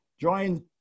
join